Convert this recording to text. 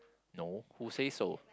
no who says so